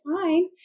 fine